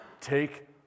take